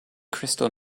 crystal